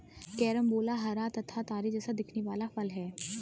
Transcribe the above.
carambola हरा तथा तारे जैसा दिखने वाला फल है